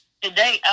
today